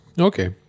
Okay